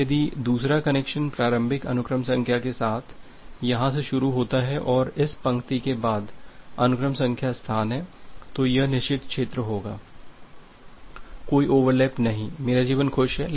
अब यदि दूसरा कनेक्शन प्रारंभिक अनुक्रम संख्या के साथ यहां से शुरू होता है और इस पंक्ति के बाद अनुक्रम संख्या स्थान है तो यह निषिद्ध क्षेत्र होगा कोई ओवरलैप नहीं है मेरा जीवन खुश है